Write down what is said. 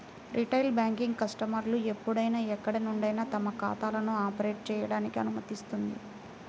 retail banking కస్టమర్లు ఎప్పుడైనా ఎక్కడి నుండైనా తమ ఖాతాలను ఆపరేట్ చేయడానికి అనుమతిస్తుంది